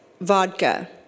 vodka